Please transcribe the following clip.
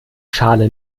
schale